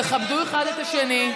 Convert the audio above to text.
תכבדו אחד את השני.